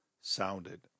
sounded